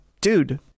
Dude